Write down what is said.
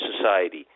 Society